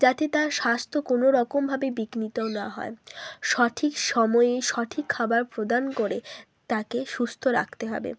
যাতে তার স্বাস্থ্য কোনো রকমভাবে বিঘ্নিত না হয় সঠিক সময়ে সঠিক খাবার প্রদান করে তাকে সুস্থ রাখতে হবে